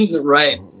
right